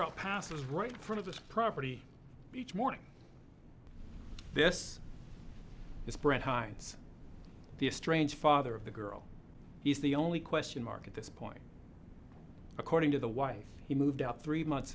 a passes right front of the property each morning this is brand hinds the estranged father of the girl he's the only question mark at this point according to the wife he moved out three months